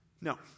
No